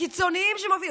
הקיצוניים שמובילים.